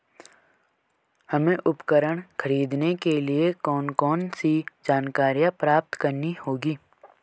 हमें उपकरण खरीदने के लिए कौन कौन सी जानकारियां प्राप्त करनी होगी?